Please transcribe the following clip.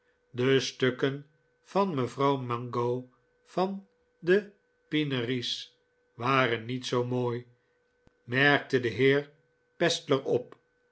de stukken van mevrouw mango van de pineries waren niet zoo mooi merkte de heer pestler op